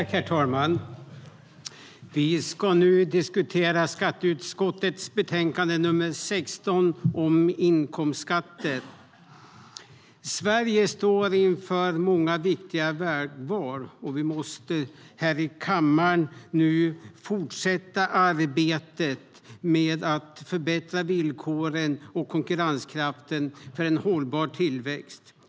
Herr talman! Vi ska nu diskutera skatteutskottets betänkande nr 16 om inkomstskatter. Sverige står inför många viktiga vägval, och vi måste här i kammaren fortsätta arbetet med att förbättra villkoren och konkurrenskraften för en hållbar tillväxt.